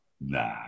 nah